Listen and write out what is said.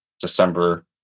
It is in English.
December